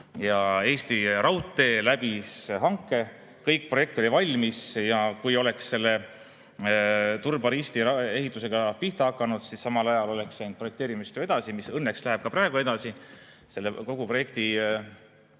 Eesti Raudtee läbis hanke, kogu projekt oli valmis. Ja kui oleks Turba–Risti ehitusega pihta hakatud, siis samal ajal oleks läinud projekteerimistöö edasi, mis õnneks läheb ka praegu edasi. Kogu projekti